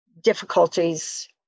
difficulties